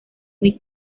muy